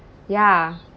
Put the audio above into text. ya